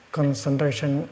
Concentration